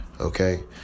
okay